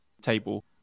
table